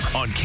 on